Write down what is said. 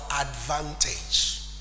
advantage